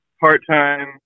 part-time